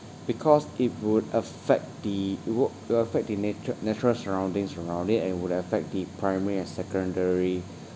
because it would affect the wo~ it will effect the natu~ natural surroundings around it and it would affect the primary and secondary